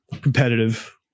competitive